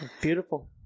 Beautiful